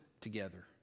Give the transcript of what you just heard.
together